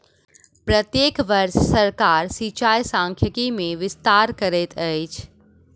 प्रत्येक वर्ष सरकार सिचाई सांख्यिकी मे विस्तार करैत अछि